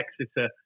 Exeter